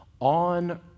on